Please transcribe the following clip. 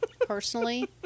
personally